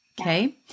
okay